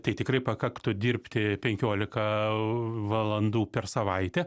tai tikrai pakaktų dirbti penkiolika valandų per savaitę